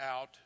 out